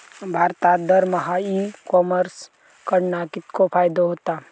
भारतात दरमहा e commerce कडणा कितको फायदो होता?